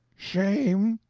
shame,